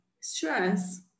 Stress